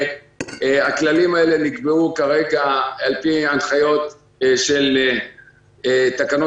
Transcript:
הכללים האלה נקבעו כרגע על פי ההנחיות של תקנות